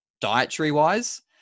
dietary-wise